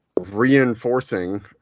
reinforcing